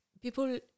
people